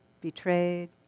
betrayed